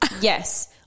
Yes